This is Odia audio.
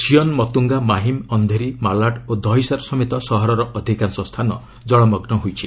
ସିଅନ୍ ମତ୍ରଙ୍ଗା ମାହିମ୍ ଅନ୍ଧେରୀ ମାଲାଡ୍ ଓ ଦହିସାର୍ ସମେତ ସହରର ଅଧିକାଂଶ ସ୍ଥାନ କଳମଗ୍ନ ହୋଇଛି